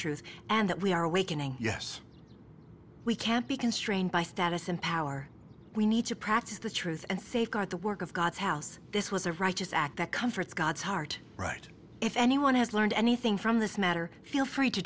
truth and that we are awakening yes we can't be constrained by status and power we need to practice the truth and safeguard the work of god's house this was a righteous act that comforts god's heart right if anyone has learned anything from this matter feel free to